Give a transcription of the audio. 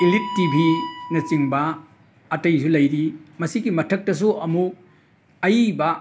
elite ꯇꯤ ꯚꯤꯅꯆꯤꯡꯕ ꯑꯇꯩꯁꯨ ꯂꯩꯔꯤ ꯃꯁꯤꯒꯤ ꯃꯊꯛꯇꯁꯨ ꯑꯃꯨꯛ ꯑꯏꯕ